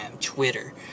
Twitter